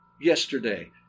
yesterday